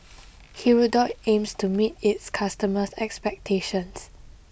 Hirudoid aims to meet its customers' expectations